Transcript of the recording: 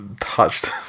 touched